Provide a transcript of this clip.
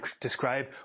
describe